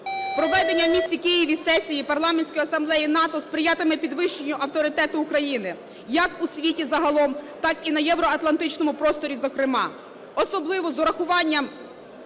Проведення в місті Києві сесії Парламентської асамблеї НАТО сприятиме підвищенню авторитету України як у світі загалом, так і на євроатлантичному просторі, зокрема, особливо з урахуванням